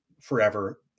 forever